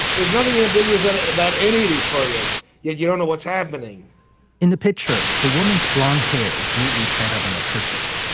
there's nothing ambiguous about any of these photos yet you don't know what's happening in the picture the woman's blond hair is neatly tied up in a kerchief.